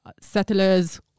settlers